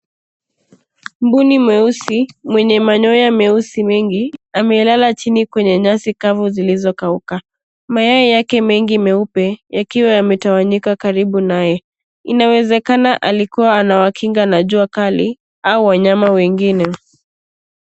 Mbuni mweusi mwenye manyoya meusi mengi amelala chini kwenye nyasi kavu zilizokauka, mayai yake mengi meupe yakiwa yametawanyika karibu naye, inawezekana alikuwa anawakinga na jua kali au wanyama wengine.